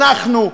אנחנו,